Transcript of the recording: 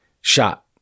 shot